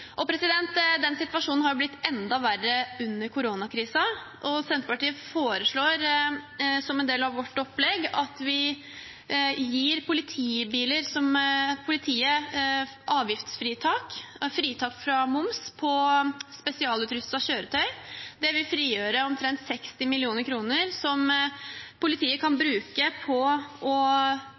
situasjonen har blitt enda verre under koronakrisen, og Senterpartiet foreslår som en del av vårt opplegg å gi politiet fritak fra moms på spesialutrustede kjøretøy. Det vil frigjøre omtrent 60 mill. kr, som politiet kan bruke på å